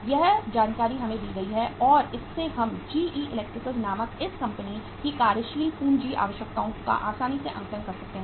हर जानकारी हमें दी जाती है और इससे हम GE इलेक्ट्रिकल्स नामक इस कंपनी की कार्यशील पूंजी आवश्यकताओं का आसानी से आकलन कर सकते हैं